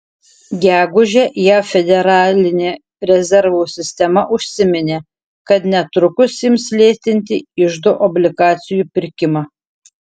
gegužę jav federalinė rezervų sistema užsiminė kad netrukus ims lėtinti iždo obligacijų pirkimą